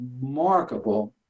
remarkable